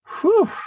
Whew